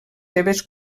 seves